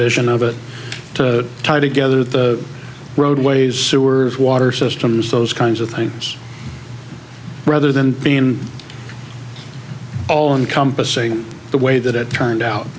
vision of it tied together the roadways sewers water systems those kinds of things rather than being all encompassing the way that it turned out